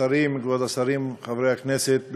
כבוד השרים, חברי הכנסת,